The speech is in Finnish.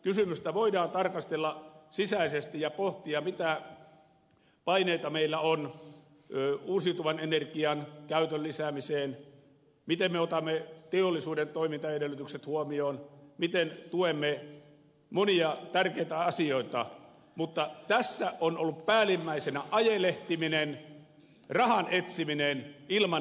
energiakysymystä voidaan tarkastella sisäisesti ja pohtia mitä paineita meillä on uusiutuvan energiankäytön lisäämiseen miten me otamme teollisuuden toimintaedellytykset huomioon miten tuemme monia tärkeitä asioita mutta tässä on ollut päällimmäisenä ajelehtiminen rahan etsiminen ilman että on ollut mitään